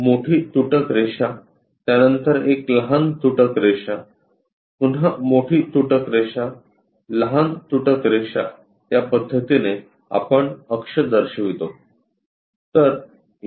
एक मोठी तुटक रेषा त्यानंतर एक लहान तुटक रेषा पुन्हा मोठी तुटक रेषा लहान तुटक रेषा या पद्धतीने आपण अक्ष दर्शवितो